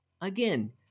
again